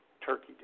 Turkey